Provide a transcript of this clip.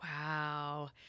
Wow